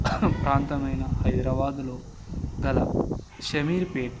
ప్రాంతమైన హైదరాబాదులో గల షామీర్పేట్